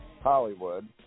Hollywood